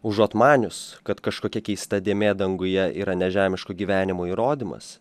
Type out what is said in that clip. užuot manius kad kažkokia keista dėmė danguje yra nežemiško gyvenimo įrodymas